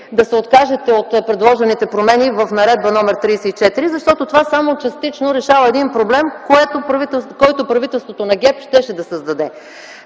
да се откажете от предложените промени в Наредба № 34, защото това само частично решава един проблем, който правителството на ГЕРБ щеше да създаде.